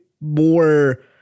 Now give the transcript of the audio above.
more